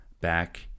back